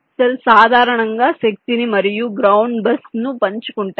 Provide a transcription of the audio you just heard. పొరుగు సెల్స్ సాధారణ శక్తిని మరియు గ్రౌండ్ బస్సును పంచుకుంటాయి